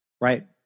Right